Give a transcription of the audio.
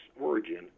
origin